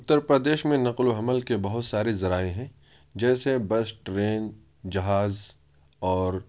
اتر پردیش میں نقل و حمل کے بہت سارے ذرائع ہیں جیسے بس ٹرین جہاز اور